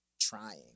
trying